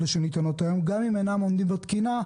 אלה שניתנות היום גם אם אינם עומדים בתקינה,